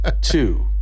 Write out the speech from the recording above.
two